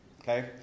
okay